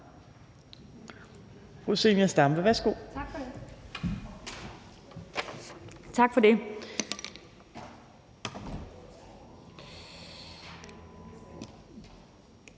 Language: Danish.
Tak for ordet.